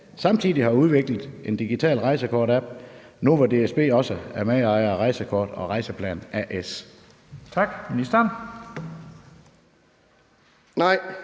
samtidig har udviklet en digital Rejsekort-app nu, hvor DSB også er medejer af Rejsekort & Rejseplan A/S?